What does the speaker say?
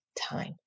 time